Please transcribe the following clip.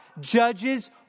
judges